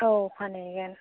औ फानहैगोन